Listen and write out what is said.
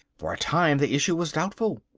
for a time the issue was doubtful.